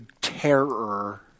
terror